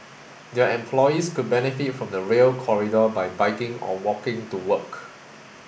their employees could benefit from the Rail Corridor by biking or walking to work